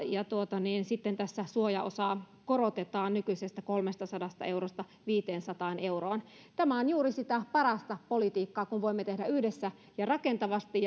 sitten tässä suojaosaa korotetaan nykyisestä kolmestasadasta eurosta viiteensataan euroon tämä on juuri sitä parasta politiikkaa kun voimme tehdä yhdessä ja rakentavasti